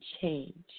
change